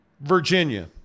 Virginia